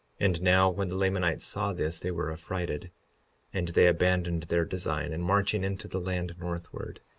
and now, when the lamanites saw this they were affrighted and they abandoned their design in marching into the land northward,